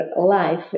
life